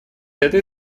этой